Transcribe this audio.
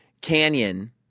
Canyon